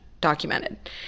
documented